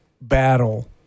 battle